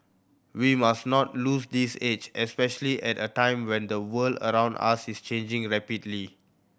we must not lose this edge especially at a time when the world around us is changing rapidly